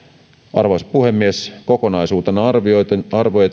arvoisa puhemies kokonaisuutena arvioituna